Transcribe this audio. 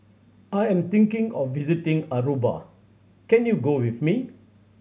I am thinking of visiting Aruba can you go with me